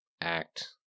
act